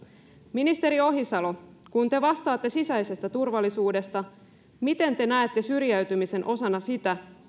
ministeri ohisalo kun te vastaatte sisäisestä turvallisuudesta miten te näette syrjäytymisen osana sitä